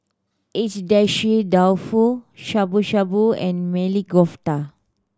Agedashi Dofu Shabu Shabu and Maili Kofta